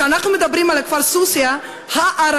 כשאנחנו מדברים על כפר סוסיא הערבי,